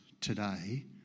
today